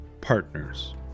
partners